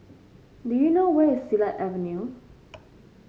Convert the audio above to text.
do you know where is Silat Avenue